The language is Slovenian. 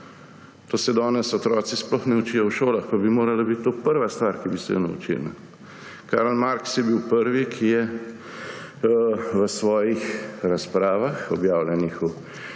Tega se danes otroci sploh ne učijo v šolah, pa bi morala biti to prva stvar, ki bi se je naučili. Karl Marx je bil prvi, ki je v svojih razpravah, objavljenih v